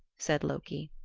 said loki.